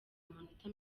amanota